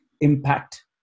impact